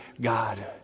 God